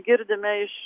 girdime iš